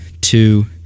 two